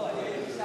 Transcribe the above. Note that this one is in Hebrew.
לא, אני הייתי שם.